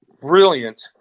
brilliant